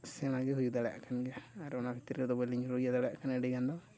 ᱥᱮᱬᱟ ᱜᱮ ᱦᱩᱭ ᱫᱟᱲᱮᱭᱟᱜ ᱠᱟᱱ ᱜᱮᱭᱟ ᱟᱨ ᱚᱱᱟ ᱵᱷᱤᱛᱨᱤ ᱨᱮᱫᱚ ᱵᱟᱹᱞᱤᱧ ᱤᱭᱟᱹ ᱫᱟᱲᱮᱭᱟᱜ ᱠᱟᱱᱟ ᱟᱹᱰᱤᱜᱟᱱ ᱫᱚ